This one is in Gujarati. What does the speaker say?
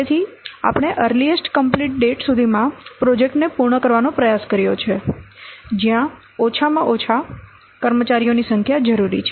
તેથી આપણે અરલીએસ્ટ કમ્પ્લીટ ડેટ સુધીમાં પ્રોજેક્ટને પૂર્ણ કરવાનો પ્રયાસ કર્યો છે જ્યાં ઓછામાં ઓછા કર્મચારીઓની સંખ્યા જરૂરી છે